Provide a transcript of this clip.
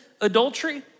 adultery